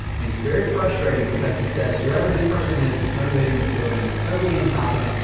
and he's very frustrated, because he says whoever this person is that's renovating this building is totally incompetent.